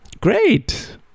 Great